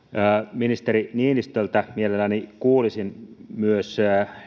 ministeri niinistöltä mielelläni kuulisin myös